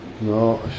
No